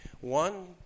One